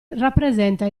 rappresenta